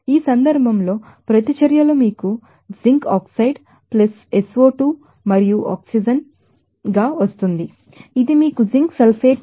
ఈ సందర్భంలో ప్రతిచర్యలు మీకు జింక్ ఆక్సైడ్ SO2 మరియు ఆక్సిజన్ తెలుసు ఇది మీకు జింక్ సల్ఫేట్ ను ఇస్తుంది